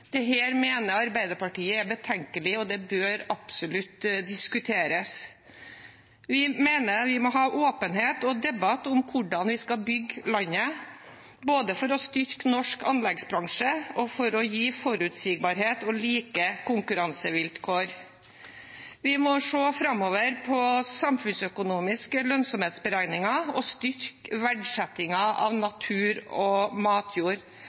mener Arbeiderpartiet er betenkelig, og det bør absolutt diskuteres. Vi mener at vi må ha åpenhet og debatt om hvordan vi skal bygge landet, både for å styrke norsk anleggsbransje og for å gi forutsigbarhet og like konkurransevilkår. Vi må se framover på samfunnsøkonomiske lønnsomhetsberegninger og styrke verdsettingen av natur og matjord.